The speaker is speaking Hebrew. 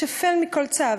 השפל מכל צב: